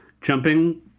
jumping